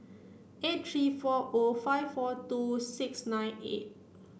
eight three four O five four two six nine eight